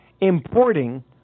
importing